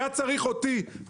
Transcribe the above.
היה צריך אותי,